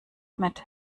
mit